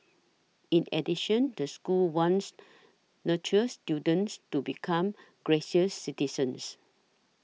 in addition the school wants nurtures students to become gracious citizens